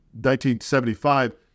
1975